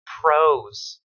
pros